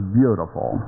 beautiful